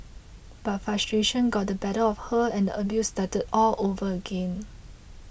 but frustration got the better of her and abuse started all over again